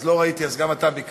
אז לא ראיתי, אז גם אתה ביקשת.